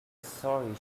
sorry